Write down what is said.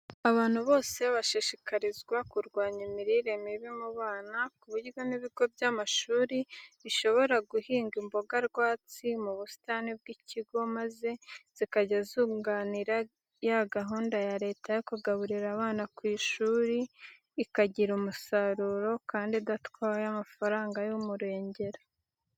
Abantu bose bashishikarizwa kurwanya imirire mibi mu bana, ku buryo n'ibigo by'amashuri bishobora guhinga imboga rwatsi mu busitani bw'ikigo, maze zikajya zunganira ya gahunda ya leta yo kugaburira abana ku ishuri, ikagira umusaruro kandi idatwaye amafaranga y'umurengera.